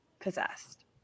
possessed